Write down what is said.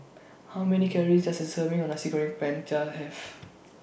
How Many Calories Does A Serving of Nasi Goreng Have